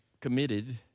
committed